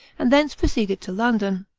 and thence proceeded to london.